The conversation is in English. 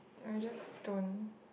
I just don't